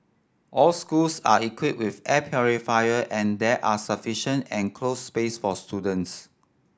all schools are equipped with air purifier and there are sufficient enclosed space for students